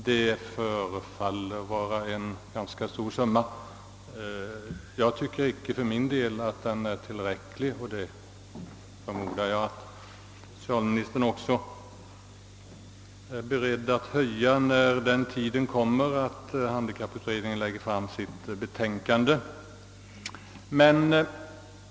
Det förefaller vara en ganska stor summa, men jag tycker för min del att den inte är tillräcklig, och jag förmodar att socialministern är beredd att öka den när den tiden kommer att handikapputredningen lägger fram sitt betänkande.